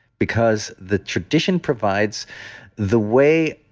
because the tradition provides the way,